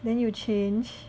then you change